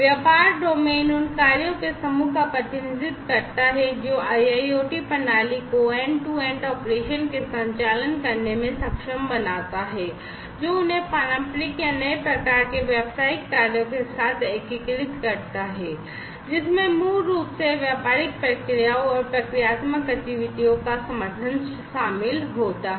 व्यापार डोमेन उन कार्यों के समूह का प्रतिनिधित्व करता है जो IIoT प्रणाली को एंड टू एंड ऑपरेशन के संचालन करने में सक्षम बनाता है जो उन्हें पारंपरिक या नए प्रकार के व्यावसायिक कार्यों के साथ एकीकृत करता है जिसमें मूल रूप से व्यापारिक प्रक्रियाओं और प्रक्रियात्मक गतिविधियों का समर्थन शामिल होता है